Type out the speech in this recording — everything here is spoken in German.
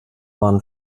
waren